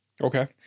okay